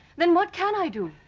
then what can i do?